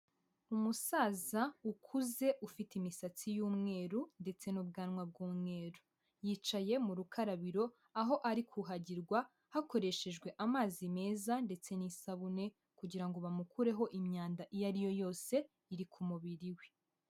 Umusaza ukuze ufite imisatsi y'umweru ndetse n'ubwanwa bw'umweru, yicaye mu rukarabiro, aho ari kuhagirwa hakoreshejwe amazi meza ndetse n'isabune kugira ngo bamukureho imyanda iyo ari yo yose iri ku mubiri we.